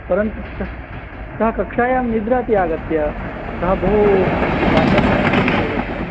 परन्तु सः कक्षायां निद्राति आगत्य सः बहु अन्यमनस्कः भवति